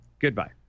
Goodbye